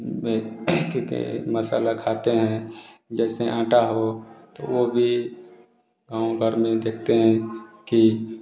में के मसाला खाते हैं जैसे आटा हो तो वो भी गाँव भर में देखते हैं कि